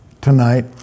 tonight